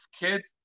kids